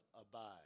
abide